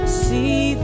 see